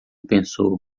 pensou